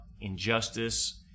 injustice